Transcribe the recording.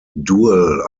duel